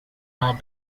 are